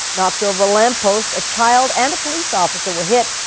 knocked over a lamp post. a child and a police officer were hit,